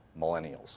millennials